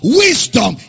wisdom